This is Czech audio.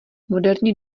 moderní